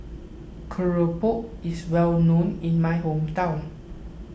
Keropok is well known in my hometown